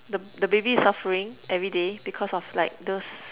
the b~ baby is suffering everyday because of like those